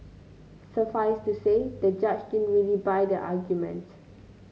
suffice to say the judge didn't really buy the argument